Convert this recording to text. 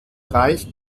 reich